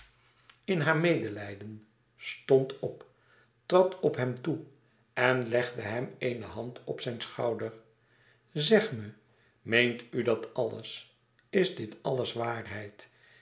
in haar medelijden stond op trad op hem toe en legde hem eene hand op zijn schouder louis couperus extaze een boek van geluk zeg me meent u dat alles is dit alles waarheid